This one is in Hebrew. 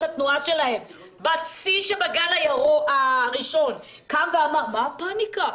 התנועה שלהם בשיא הגל הראשון קם ואמר: מה הפניקה?